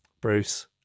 Bruce